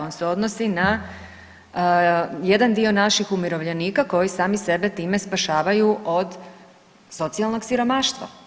On se odnosi na jedan dio naših umirovljenika koji sami sebe time spašavaju od socijalnog siromaštva.